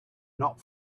not